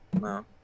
no